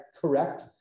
correct